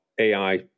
AI